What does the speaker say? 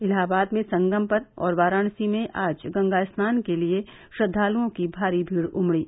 इलाहाबाद में संगम पर और वाराणसी में आज गंगा स्नान के लिये श्रद्वालुओं की भारी भीड़ उमड़ी